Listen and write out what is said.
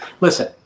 listen